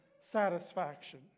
satisfaction